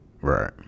Right